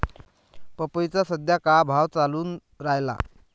पपईचा सद्या का भाव चालून रायला?